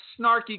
snarky